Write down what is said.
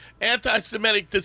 anti-Semitic